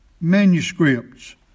manuscripts